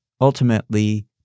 ultimately